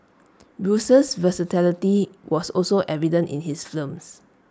Bruce's versatility was also evident in his films